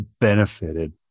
benefited